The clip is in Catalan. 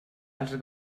els